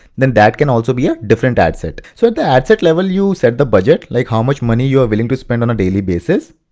then that can also be a different ad set. so the ad set level, you set the budget, like how much money you are willing to spend on a daily basis,